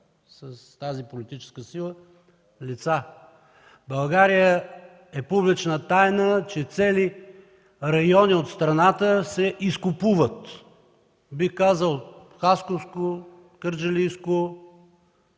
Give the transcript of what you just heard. с тази политическа сила лица. В България е публична тайна, че цели райони от страната се изкупуват, бих казал: Хасковско, Кърджалийско,